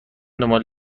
دنبال